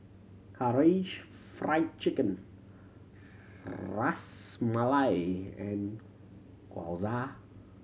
Karaage Fried Chicken Ras Malai and Gyoza